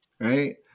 right